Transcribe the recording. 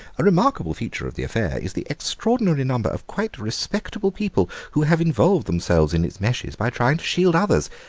a remarkable feature of the affair is the extraordinary number of quite respectable people who have involved themselves in its meshes by trying to shield others.